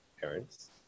parents